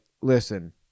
listen